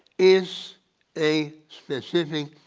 is a specific